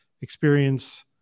experience